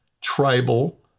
tribal